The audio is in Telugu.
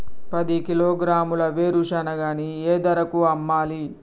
పది కిలోగ్రాముల వేరుశనగని ఏ ధరకు అమ్మాలి?